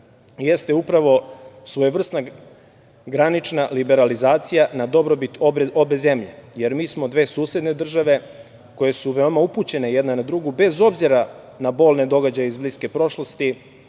jeste upravo svojevrsna granična liberalizacija na dobrobit obe zemlje, jer mi smo dve susedne države koje su veoma upućene jedna na drugu, bez obzira na bolne događaje iz bliske prošlosti